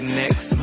next